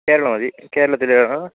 കേരളം മതി കേരളത്തിൽ